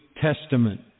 Testament